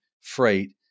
freight